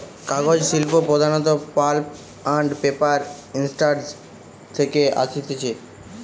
কাগজ শিল্প প্রধানত পাল্প আন্ড পেপার ইন্ডাস্ট্রি থেকে আসতিছে